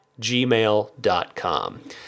gmail.com